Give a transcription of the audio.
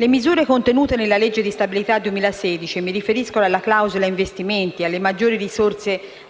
Le misure contenute nella legge di stabilità 2016 - mi riferisco alla clausola investimenti, alle maggiori risorse